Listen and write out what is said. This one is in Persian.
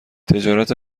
تجارت